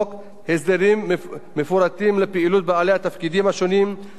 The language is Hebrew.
התפקידים השונים ברשות הכבאות וההצלה מול מערכת הביטחון,